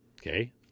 okay